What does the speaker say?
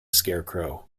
scarecrow